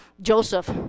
Joseph